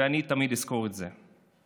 ואני תמיד אזכור את זה.